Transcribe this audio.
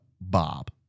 Bob